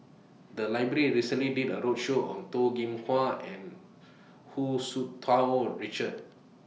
The Library recently did A roadshow on Toh Kim Hwa and Hu Tsu Tau Richard